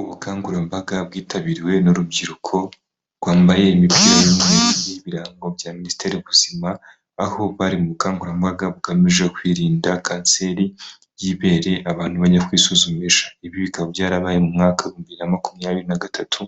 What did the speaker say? ubukangurambaga bwitabiriwe n'urubyiruko rwambaye imipira y'ibirango bya minisiteri y'ubuzima aho bari mu bukangurambaga bugamije kwirinda kanseri y'iberi, abantu bajya kwisuzumisha ibi bikaba byarabaye mu mwaka wa bibiri na makumyabiri nagatatu